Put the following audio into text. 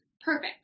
Perfect